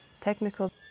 technical